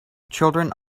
children